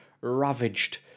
ravaged